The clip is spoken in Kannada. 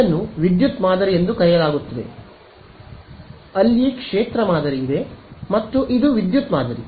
ಇದನ್ನು ವಿದ್ಯುತ್ ಮಾದರಿ ಎಂದು ಕರೆಯಲಾಗುತ್ತದೆ ಅಲ್ಲಿ ಕ್ಷೇತ್ರ ಮಾದರಿ ಇದೆ ಮತ್ತು ಇದು ವಿದ್ಯುತ್ ಮಾದರಿ